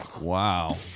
Wow